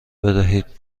بدهید